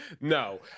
No